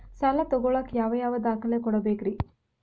ಸಾಲ ತೊಗೋಳಾಕ್ ಯಾವ ಯಾವ ದಾಖಲೆ ಕೊಡಬೇಕ್ರಿ?